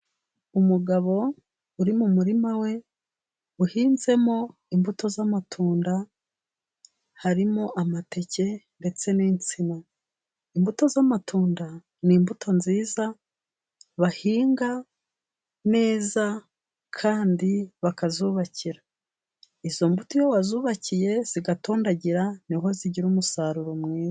Umugabo uri mu murima we uhinzemo imbuto z'amatunda harimo amateke ndetse n'insina. Imbuto z'amatunda n'imbuto nziza bahinga neza kandi bakazubakira izo mbuto iyo wazubakiye zigatondagira niho zigira umusaruro mwiza.